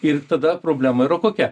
ir tada problema yra kokia